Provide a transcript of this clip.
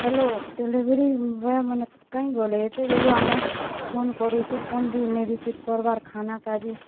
hello delivery boy ମାନେ କାହିଁ ଗଲେ ଏତେ ବେଳୁ ଆମେ ଫୋନ୍ କରୁଛୁଁ ଫୋନ୍ ବି ନେଇଁ ରିସିଭ୍ କର୍ବାର୍ ଖାନା କାଜୀ